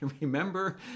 Remember